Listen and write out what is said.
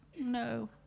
No